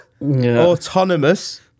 Autonomous